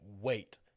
wait